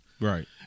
Right